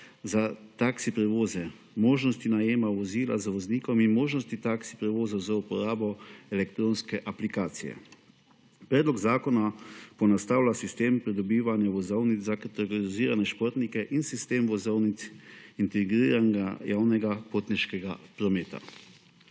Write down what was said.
za taksi prevoze, možnost najema vozila z voznikom in možnost taksi prevozov z uporabo elektronske aplikacije. Predlog zakona poenostavlja sistem pridobivanja vozovnic za kategorizirane športnike in sistem vozovnic integriranega javnega potniškega prometa.